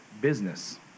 business